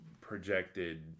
projected